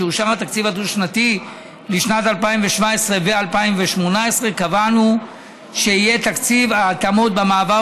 כשאושר התקציב הדו-שנתי לשנת 2017 ו-2018 קבענו שיהיה תקציב התאמות במעבר